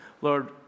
Lord